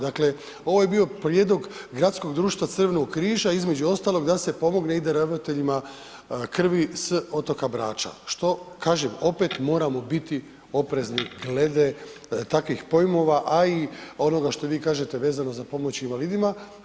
Dakle, ovo je bio prijedlog Gradskog društva Crvenog križa između ostalog da se pomogne ide ravnateljima krvi s otoka Brača, što kažem opet moramo biti oprezni glede takvih pojmova, a i onoga što vi kažete vezano za pomoć invalidima.